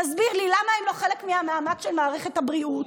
תסביר לי, למה הם לא חלק מהמאמץ של מערכת הבריאות?